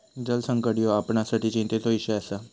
जलसंकट ह्यो आपणासाठी चिंतेचो इषय आसा